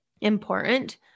important